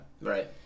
Right